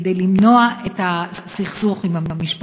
כדי למנוע את הסכסוך עם המשפחה.